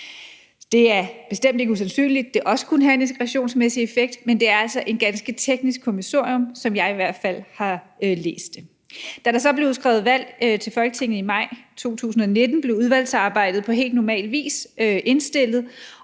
Det er bestemt ikke usandsynligt, at det også kunne have en integrationsmæssig effekt, men det er altså et ganske teknisk kommissorium, sådan som jeg i hvert fald har læst det. Da der så blev udskrevet valg til Folketinget i maj 2019, blev udvalgsarbejdet på helt normal vis indstillet.